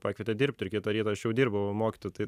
pakvietė dirbti ir kitą rytą aš jau dirbau mokytoju tai